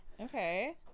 okay